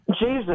jesus